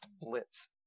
blitz